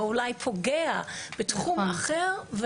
או אולי פוגעת בתחום אחר,